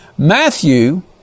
Matthew